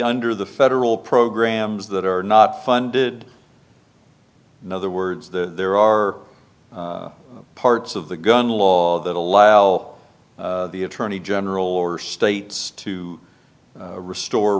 under the federal programs that are not funded in other words the there are parts of the gun law that allow the attorney general or states to restore